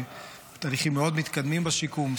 שבתהליכים מאוד מתקדמים בשיקום,